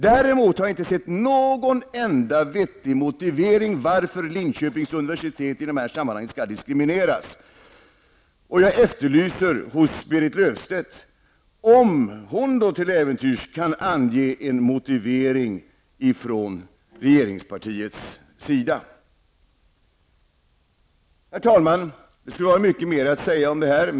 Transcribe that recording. Däremot har jag inte sett någon vettig motivering till att Linköpings universitet i dessa sammanhang skall diskrimineras. Jag efterlyser om Berit Löfstedt till äventyrs kan ange en motivering från regeringspartiets sida. Herr talman! Det skulle vara mycket mer att säga om detta.